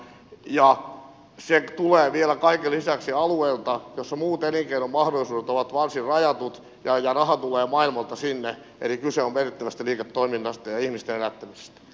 se tulee vielä kaiken lisäksi alueelta jossa muut elinkeinon mahdollisuudet ovat varsin rajatut ja raha tulee maailmalta sinne eli kyse on merkittävästä liiketoiminnasta ja ihmisten rakkaus